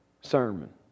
sermon